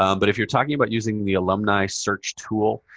um but if you're talking about using the alumni search tool,